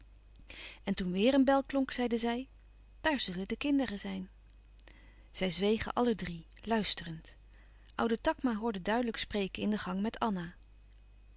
en toen weêr een bel klonk zeide zij daar zullen de kinderen zijn zij zwegen alle drie luisterend oude takma hoorde duidelijk spreken in de gang met anna